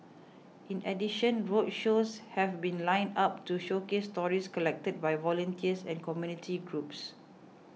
in addition roadshows have been lined up to showcase stories collected by volunteers and community groups